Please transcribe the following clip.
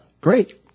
Great